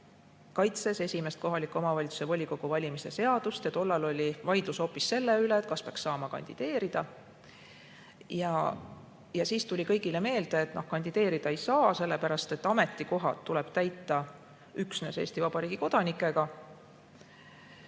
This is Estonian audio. kaitses esimest kohaliku omavalitsuse volikogu valimise seadust. Tollal oli vaidlus hoopis selle üle, kas peaks saama kandideerida. Ja siis tuli kõigile meelde, et kandideerida ei saa, sellepärast et ametikohad tuleb täita üksnes Eesti Vabariigi kodanikega.